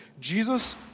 Jesus